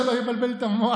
אם מדובר על יוקר מחיה,